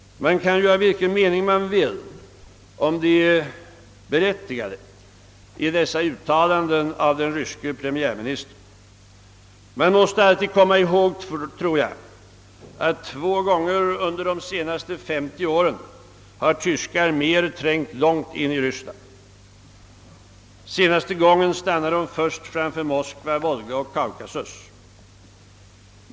Man kan ha vilken mening man vill om det berättigade i dessa uttalanden av den ryske premiärministern. Man måste dock alltid komma ihåg att tyska arméer två gånger under de senaste femtio åren har trängt långt in i Ryssland. Senaste gången stannade de först framför Moskva, Volga och Kaukasus.